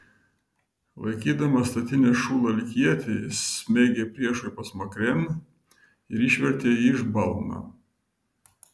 laikydamas statinės šulą lyg ietį jis smeigė priešui pasmakrėn ir išvertė jį iš balno